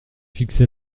fixé